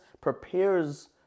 prepares